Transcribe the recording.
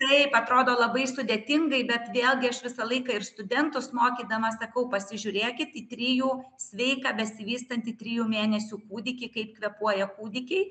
taip atrodo labai sudėtingai bet vėlgi aš visą laiką ir studentus mokydama sakau pasižiūrėkit į trijų sveiką besivystantį trijų mėnesių kūdikį kaip kvėpuoja kūdikiai